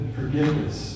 forgiveness